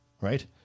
right